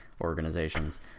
organizations